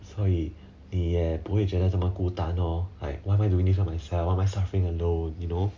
所以你也不会觉得这么孤单 lor like why am I doing this by myself why am I suffering alone you know